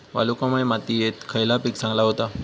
वालुकामय मातयेत खयला पीक चांगला होता?